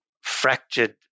fractured